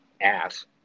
ass